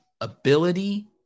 ability